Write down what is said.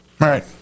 Right